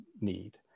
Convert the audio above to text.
need